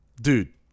Dude